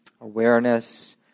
awareness